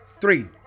three